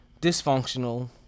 dysfunctional